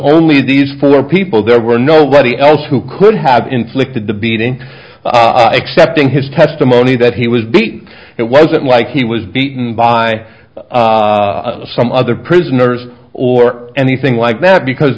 only these four people there were no ready else who could have inflicted the beating except in his testimony that he was beat it wasn't like he was beaten by some other prisoners or anything like that because